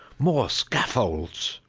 more scaffolds!